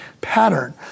pattern